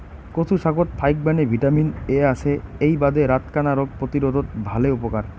কচু শাকত ফাইকবাণী ভিটামিন এ আছে এ্যাই বাদে রাতকানা রোগ প্রতিরোধত ভালে উপকার